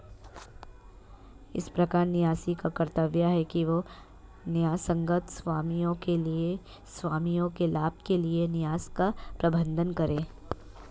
इस प्रकार न्यासी का कर्तव्य है कि वह न्यायसंगत स्वामियों के लाभ के लिए न्यास का प्रबंधन करे